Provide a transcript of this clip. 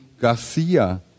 Garcia